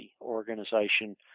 organization